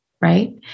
right